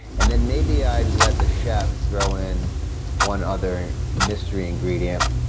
and then, maybe i'd let the chef throw in one other mystery ingredient